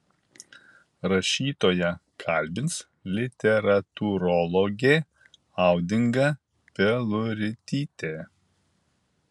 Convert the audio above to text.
rašytoją kalbins literatūrologė audinga peluritytė